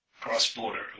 cross-border